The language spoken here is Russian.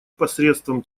посредством